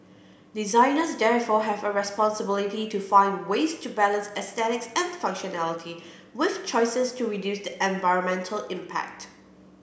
designers therefore have a responsibility to find ways to balance aesthetics and functionality with choices to reduce the environmental impact